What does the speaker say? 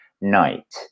night